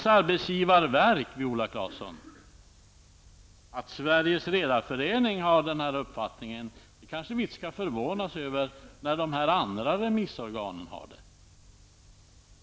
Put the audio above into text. Att Sveriges redareförening har denna uppfattning kanske vi inte skall förvånas över när dessa andra remissorgan har denna uppfattning.